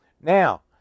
Now